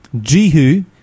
Jehu